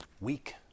weak